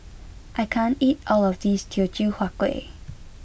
I can't eat all of this Teochew Huat Kuih